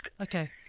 Okay